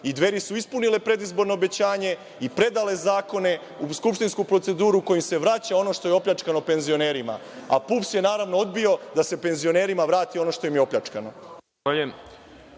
i Dveri su ispunile predizborno obećanje i predale zakone u skupštinsku proceduru kojima se vraća ono što je opljačkano penzionerima. PUPS je, naravno, odbio da se penzionerima vrati ono što im je opljačkano.